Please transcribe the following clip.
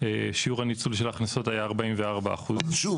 שיעור הניצול של ההכנסות היה 44%. גם